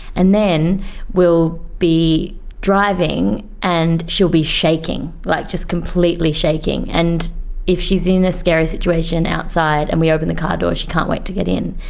and then we will be driving and she'll be shaking, like just completely shaking. and if she is in a scary situation outside and we open the car door she can't wait to get in,